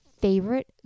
favorite